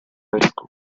highschool